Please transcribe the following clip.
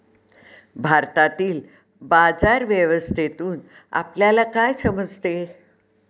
भारतातील बाजार व्यवस्थेतून आपल्याला काय समजते?